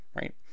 right